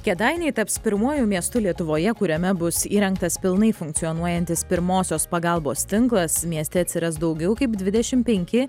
kėdainiai taps pirmuoju miestu lietuvoje kuriame bus įrengtas pilnai funkcionuojantis pirmosios pagalbos tinklas mieste atsiras daugiau kaip dvidešim penki